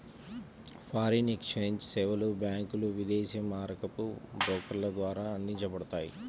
foreign exchange సేవలు బ్యాంకులు, విదేశీ మారకపు బ్రోకర్ల ద్వారా అందించబడతాయి